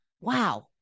Wow